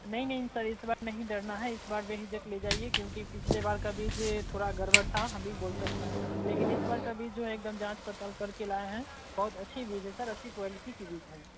नहीं नहीं सर इस बार नहीं डरना है इस बार बेझिझक ले जाइए क्योंकि पिछली बार का बीज जो है यह थोड़ा गड़बड़ था हम भी बोल सकते हैं लेकिन इस बार बीज जो है एकदम जांच पड़ताल करके लाए हैं बहुत अच्छा बीज है सर अच्छी क्वालिटी का बीज है